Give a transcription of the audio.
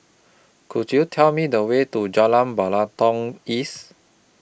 Could YOU Tell Me The Way to Jalan Batalong East